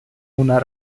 una